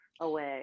away